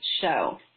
show